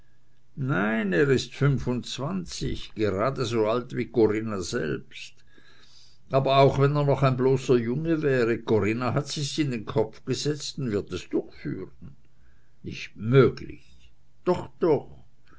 nein er ist fünfundzwanzig gerade so alt wie corinna selbst aber wenn er auch noch ein bloßer junge wäre corinna hat sich's in den kopf gesetzt und wird es durchführen nicht möglich doch doch